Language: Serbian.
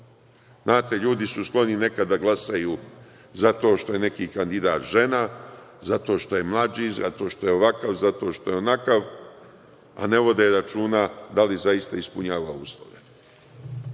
ljudi su skloni nekada da glasaju za to što je neki kandidat žena, zato što je mlađi, zato što je onakav, zato što je ovakav, a ne vode računa da li zaista ispunjava uslove.